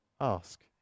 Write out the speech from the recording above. Ask